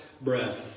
breath